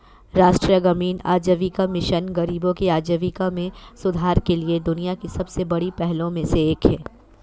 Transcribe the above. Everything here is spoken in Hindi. राष्ट्रीय ग्रामीण आजीविका मिशन गरीबों की आजीविका में सुधार के लिए दुनिया की सबसे बड़ी पहलों में से एक है